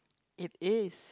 it is